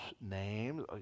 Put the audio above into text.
names